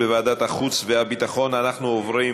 לוועדת החוץ והביטחון נתקבלה.